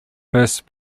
first